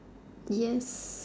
yes